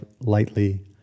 lightly